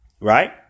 Right